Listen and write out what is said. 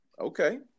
Okay